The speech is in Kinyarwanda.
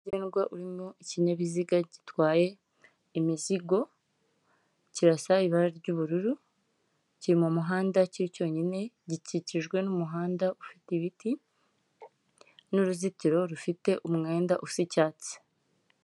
Umuhanda nyabagendwa urimo ikinyabiziga gitwaye imizigo, kirasa ibara ry'ubururu, kiri mu muhanda kiri cyonyine, gikikijwe n'umuhanda ufite ibiti, n'uruzitiro rufite umwenda usa icyatsi.